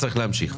צריך להמשיך.